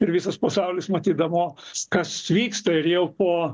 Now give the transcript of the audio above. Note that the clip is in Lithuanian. ir visas pasaulis matydavo kas vyksta ir jau po